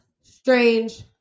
strange